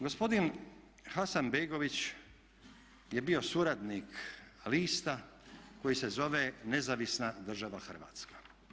Gospodin Hasanbegović je bio suradnik lista koji se zove "Nezavisna država Hrvatska"